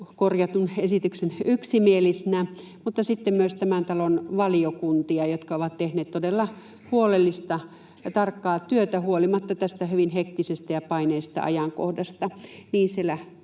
korjatun esityksen yksimielisenä, mutta sitten myös tämän talon valiokuntia, jotka ovat tehneet todella huolellista ja tarkkaa työtä huolimatta tästä hyvin hektisestä ja paineisesta ajankohdasta niin siellä